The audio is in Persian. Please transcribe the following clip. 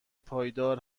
پایدار